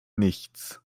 nichts